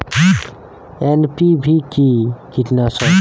NPV কি কীটনাশক?